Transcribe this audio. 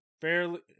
fairly